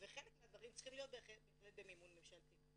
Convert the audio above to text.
וחלק מהדברים צריכים להיות בהחלט במימון ממשלתי.